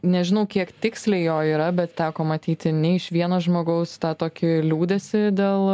nežinau kiek tiksliai jo yra bet teko matyti ne iš vieno žmogaus tą tokį liūdesį dėl